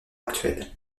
actuels